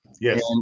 Yes